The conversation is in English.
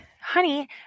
Honey